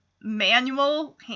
manual